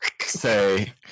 say